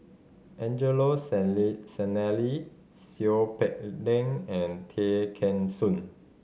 Angelo Sanelli Seow Peck Leng and Tay Kheng Soon